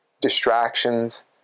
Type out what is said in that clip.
distractions